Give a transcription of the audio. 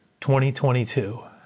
2022